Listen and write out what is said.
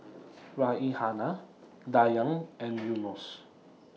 Raihana Dayang and Yunos